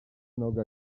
noga